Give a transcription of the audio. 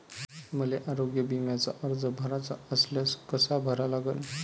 मले आरोग्य बिम्याचा अर्ज भराचा असल्यास कसा भरा लागन?